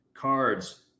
Cards